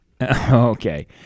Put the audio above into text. Okay